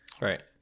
Right